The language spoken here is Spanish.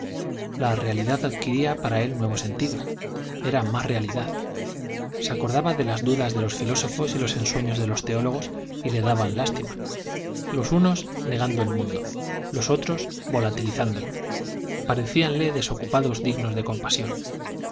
la realidad adquiría para él nuevo sentido era más realidad se acordaba de las dudas de los filósofos y los ensueños de los teólogos y le daban lástima los unos negando el mundo los otros volatilizándolo parecíanle desocupados dignos de compasión